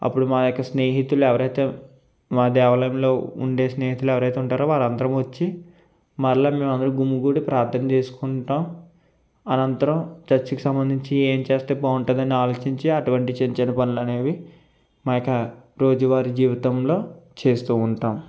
అప్పుడు మా యొక్క స్నేహితులు ఎవరైతే మా దేవాలయంలో ఉండే స్నేహితులు ఎవరైతే ఉంటారో వాళ్ళందరు వచ్చి మరల మేము అందరము గుంపుకూడి ప్రార్థన చేసుకుంటాం అనంతరం చర్చ్కి సంబంధించి ఏం చేస్తే బాగుంటుందని ఆలోచించి అటువంటి చిన్న చిన్న పనులు అనేవి మా యొక్క రోజువారీ జీవితంలో చేస్తు ఉంటాం